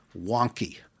wonky